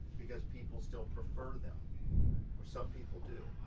because people still prefer them or some people do.